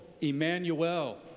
Emmanuel